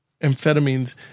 amphetamines